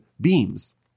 beams